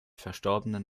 verstorbenen